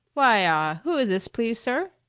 why, ah, who is this, please, sir?